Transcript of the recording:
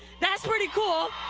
that is pretty cool.